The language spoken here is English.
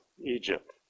Egypt